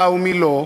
בממשלה ומי לא,